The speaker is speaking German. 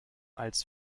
als